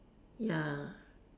ya